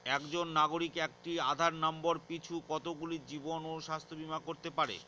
একজন নাগরিক একটি আধার নম্বর পিছু কতগুলি জীবন ও স্বাস্থ্য বীমা করতে পারে?